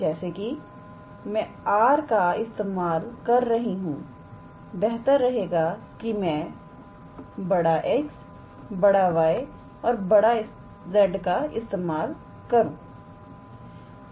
तो जैसे कि मैं 𝑅⃗ का इस्तेमाल कर रही हूं बेहतर रहेगा कि मैं बढ़ा X बढ़ा Y बढ़ा Z का इस्तेमाल करो